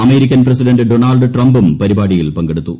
American president Donald ട്രംപും പരിപാടിയിൽ പങ്കെടുത്തു